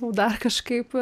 nu dar kažkaip